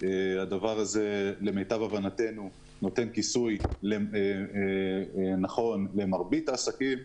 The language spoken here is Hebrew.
הדבר הזה למיטב הבנתנו נותן כיסוי נכון למרבית העסקים.